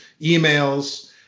emails